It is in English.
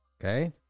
Okay